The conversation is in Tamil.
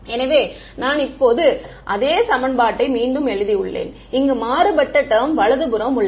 எனவே நான் இப்போது அதே சமன்பாட்டை மீண்டும் எழுதியுள்ளேன் இங்கு மாறுபட்ட டெர்ம் வலது புறம் உள்ளது